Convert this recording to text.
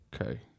Okay